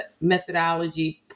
methodology